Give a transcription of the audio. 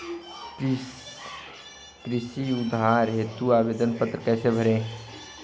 कृषि उधार हेतु आवेदन पत्र कैसे भरें?